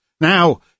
Now